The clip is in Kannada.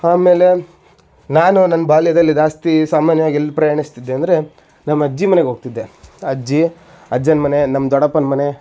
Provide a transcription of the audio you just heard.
ಆಮೇಲೆ ನಾನು ನನ್ನ ಬಾಲ್ಯದಲ್ಲಿ ಜಾಸ್ತಿ ಸಾಮಾನ್ಯವಾಗೆಲ್ಲಿ ಪ್ರಯಾಣ್ಸ್ತಿದ್ದೆ ಅಂದರೆ ನಮ್ಮಜ್ಜಿ ಮನೆಗೆ ಹೋಗ್ತಿದ್ದೆ ಅಜ್ಜಿ ಅಜ್ಜನ ಮನೆ ನಮ್ಮ ದೊಡ್ಡಪ್ಪನ ಮನೆ